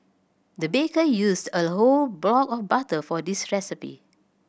the baker used a whole block of butter for this recipe